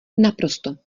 naprosto